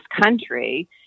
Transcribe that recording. country—